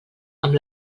amb